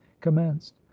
commenced